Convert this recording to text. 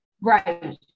Right